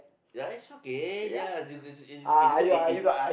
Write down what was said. ya it's okay ya it's it's it's it's good it is